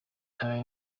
time